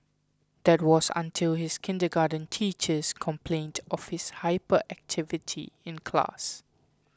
that was until his kindergarten teachers complained of his hyperactivity in class